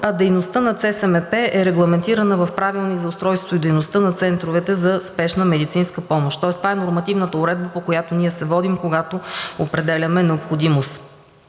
а дейността на ЦСМП е регламентирана в Правилника за устройството и дейността на центровете за спешна медицинска помощ. Тоест това е нормативната уредба, по която ние се водим, когато определяме необходимост.